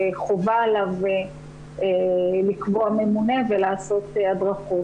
שחובה עליו לקבוע ממונה ולעשות הדרכות.